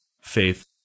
faith